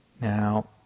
Now